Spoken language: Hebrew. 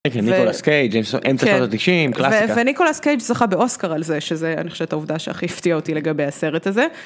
וניקולס קייג' אמצע שנות התשעים קלסיקה וניקולס קייג' זכה באוסקר על זה שזה אני חושבת העובדה שהכי הפתיע אותי לגבי הסרט הזה.